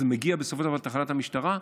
אבל זה מגיע בסופו של דבר לתחנת המשטרה.